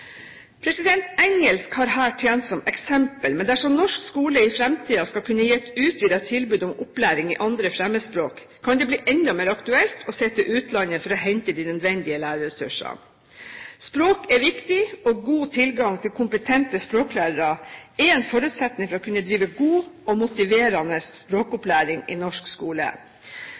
Engelsk har her tjent som eksempel, men dersom norsk skole i fremtiden skal kunne gi et utvidet tilbud om opplæring i andre fremmedspråk, kan det bli enda mer aktuelt å se til utlandet for å hente de nødvendige lærerressursene. Språk er viktig, og god tilgang på kompetente språklærere er en forutsetning for å kunne drive god og motiverende språkopplæring i norsk skole.